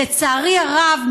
לצערי הרב,